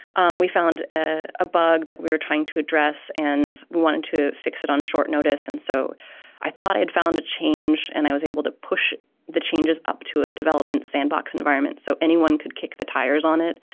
um we found ah a bug that we were trying to address and we wanted to fix it on short notice. and so i thought i'd found a change. and i was able to push the changes up to a development sandbox environment so anyone could kick the tires on it.